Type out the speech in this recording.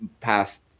past